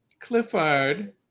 Clifford